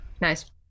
nice